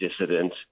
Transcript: dissident